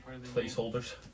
Placeholders